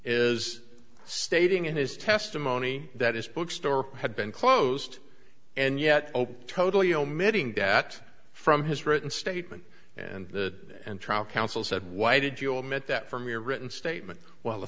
is stating in his testimony that is bookstore had been closed and yet open totally omitting that from his written statement and the trial counsel said why did you admit that from your written statement while the